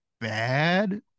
bad